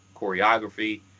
Choreography